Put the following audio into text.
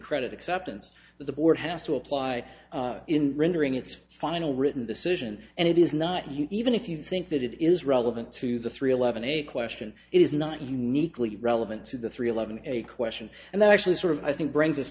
credit acceptance that the board has to apply in rendering its final written decision and it is not you even if you think that it is relevant to the three eleven a question it is not uniquely relevant to the three eleven a question and that actually sort of i think brings us